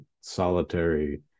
solitary